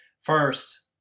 First